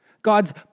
God's